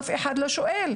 אף אחד לא שואל?